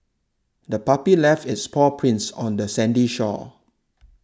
the puppy left its paw prints on the sandy shore